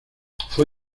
fue